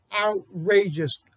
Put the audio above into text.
outrageous